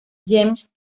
james